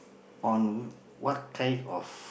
on what kind of